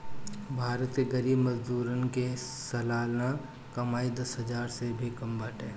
भारत के गरीब मजदूरन के सलाना कमाई दस हजार से भी कम बाटे